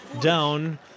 down